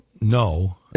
no